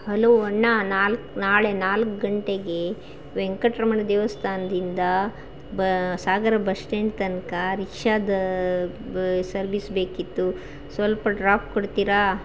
hello ಅಣ್ಣ ನಾಲ್ಕು ನಾಳೆ ನಾಲ್ಕು ಗಂಟೆಗೆ ವೆಂಕಟರಮಣ ದೇವಸ್ಥಾನದಿಂದ ಬ ಸಾಗರ ಬಸ್ ಸ್ಟ್ಯಾಂಡ್ ತನಕ ರಿಕ್ಷಾದ ಬ್ ಸರ್ವಿಸ್ ಬೇಕಿತ್ತು ಸ್ವಲ್ಪ ಡ್ರಾಪ್ ಕೊಡ್ತೀರಾ